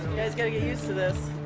guys gotta get used to this.